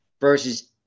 versus